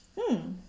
hmm